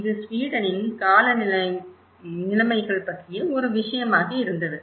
இது ஸ்வீடனின் காலநிலை நிலைமைகள் பற்றிய ஒரு விஷயமாக இருந்தது